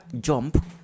jump